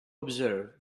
observe